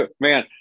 man